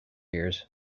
ears